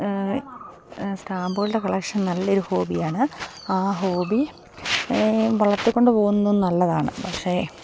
സ്റ്റാമ്പുകളുടെ collection നല്ലയൊരു ഹോബിയാണ് ആ ഹോബി വളർത്തി കൊണ്ട് പോകുന്നതും നല്ലതാണ് പക്ഷെ